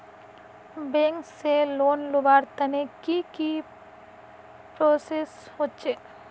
Bank से loan लुबार तने की की प्रोसेस होचे?